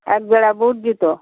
একজোড়া বুট জুতো